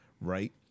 right